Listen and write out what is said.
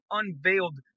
unveiled